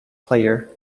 player